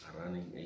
running